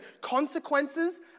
consequences